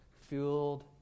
fueled